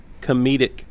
comedic